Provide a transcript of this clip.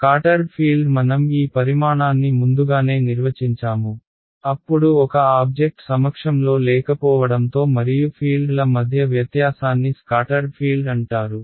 scattered field మనం ఈ పరిమాణాన్ని ముందుగానే నిర్వచించాము అప్పుడు ఒక ఆబ్జెక్ట్ సమక్షంలో లేకపోవడంతో మరియు ఫీల్డ్ల మధ్య వ్యత్యాసాన్ని స్కాటర్డ్ ఫీల్డ్ అంటారు